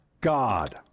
God